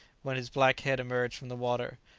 when his black head emerged from the water.